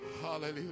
hallelujah